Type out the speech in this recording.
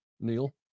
Neil